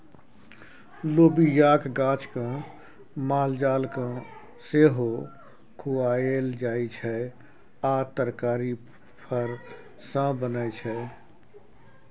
लोबियाक गाछ केँ मालजाल केँ सेहो खुआएल जाइ छै आ तरकारी फर सँ बनै छै